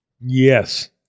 Yes